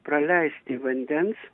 praleisti vandens